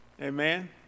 Amen